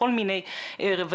בכל מיני רבדים.